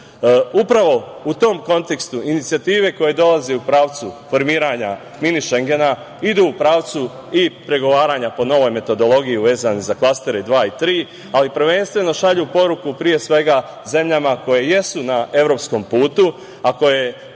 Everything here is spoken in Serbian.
smislu. Upravo u tom kontekstu inicijative koja dolazi u pravcu formiranja mini Šengena idu u pravcu i pregovaranja po novoj metodologiji, vezano za klastere dva i tri, ali prvenstveno šalju poruku zemljama koje jesu na evropskom putu, a koje